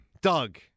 Doug